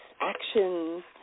action